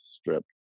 strip